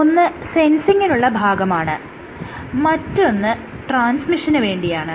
ഒന്ന് സെൻസിങ്ങിനുള്ള ഭാഗമാണ് മറ്റൊന്ന് ട്രാൻസ്മിഷന് വേണ്ടിയാണ്